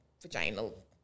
vaginal